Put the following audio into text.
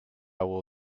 will